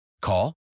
Call